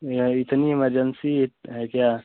या इतनी एमर्जेंसी है क्या